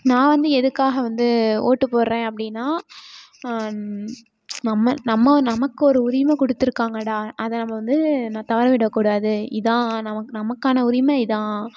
நான் வந்து எதுக்காக வந்து ஓட்டு போடுறேன் அப்படின்னா மம்ம நம்ம நமக்கு ஒரு உரிமை கொடுத்துருக்காங்கடா அதை நம்ம வந்து ந தவற விடக்கூடாது இதுதான் நமக் நமக்கான உரிமை இதுதான்